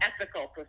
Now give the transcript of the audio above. ethical